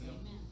amen